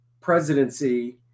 presidency